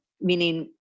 Meaning